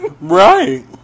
right